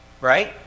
Right